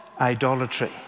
idolatry